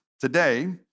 today